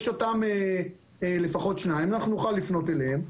יש לפחות שניים שנוכל לפנות אליהם.